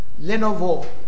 Lenovo